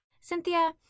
Cynthia